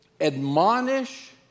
admonish